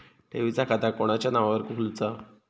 ठेवीचा खाता कोणाच्या नावार खोलूचा?